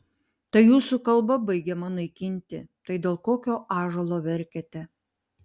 tai jūsų kalba baigiama naikinti tai dėl kokio ąžuolo verkiate